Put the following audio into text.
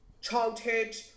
childhood